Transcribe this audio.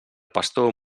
pastor